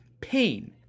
pain